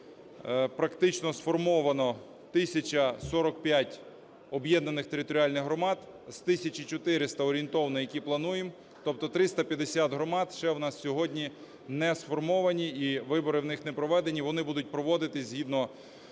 практично сформовано 1 тисяча 45 об'єднаних територіальних громад з 1 тисячі 400 орієнтовно, які плануємо, тобто 350 громад ще в нас сьогодні не сформовані і вибори в них не проведені, вони будуть проводитись згідно